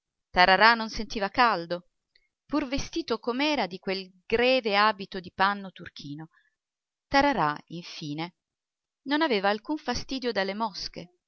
tararà non sentiva caldo pur vestito com'era di quel greve abito di panno turchino tararà infine non aveva alcun fastidio dalle mosche